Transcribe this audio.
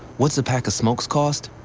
what's a pack of smokes cost?